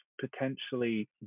potentially